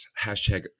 hashtag